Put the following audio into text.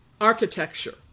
architecture